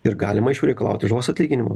ir galima iš jų reikalauti žalos atlyginimo